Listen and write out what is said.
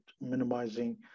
minimizing